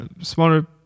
smaller